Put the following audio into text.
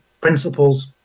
principles